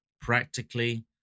practically